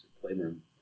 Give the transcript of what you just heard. playroom